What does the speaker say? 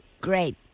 great